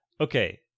Okay